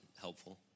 helpful